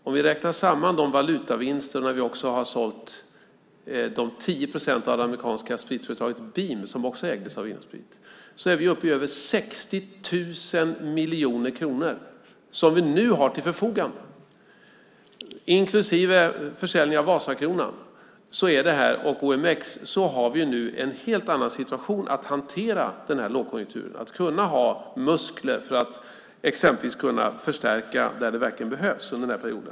Om vi räknar samman de valutavinster vi har gjort när vi också har sålt de 10 procent av det amerikanska spritföretaget Beam som också ägdes av Vin & Sprit är vi uppe i över 60 000 miljoner kronor som vi nu har till förfogande. Inklusive försäljningen av Vasakronan och OMX innebär detta att vi har en helt annan situation när det gäller att hantera den här lågkonjunkturen. Vi har muskler för att exempelvis kunna förstärka där det verkligen behövs under den här perioden.